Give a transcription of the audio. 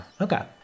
Okay